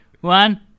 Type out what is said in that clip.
one